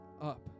up